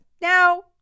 now